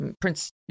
Prince